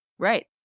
Right